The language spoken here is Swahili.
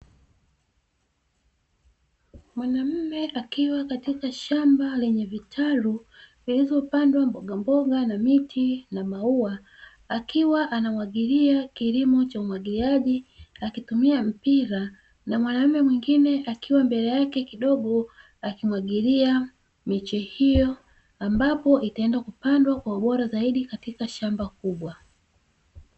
Mwanaume akiwa katika shamba lenye vitalu lilopandwa mbogamboga na miti na maua akiwa anamwagilia kilimo cha umwagiliaji akitumia mpira. Na mwanaume mwingine akiwa mbele yake kidogo, akimwagilia miche hiyo ambapo itaenda kupandwa kwa ubora zaidi katika shamba kubwa.